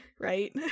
right